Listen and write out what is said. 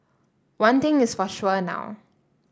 one thing is for sure now